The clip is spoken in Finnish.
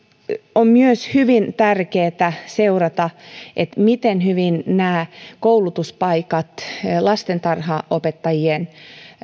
on myös hyvin tärkeätä seurata sitä miten hyvin nämä koulutuspaikat lastentarhanopettajien